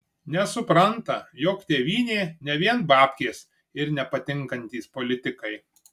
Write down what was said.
nesupranta jog tėvynė ne vien babkės ir nepatinkantys politikai